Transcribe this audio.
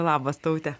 labas taute